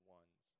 ones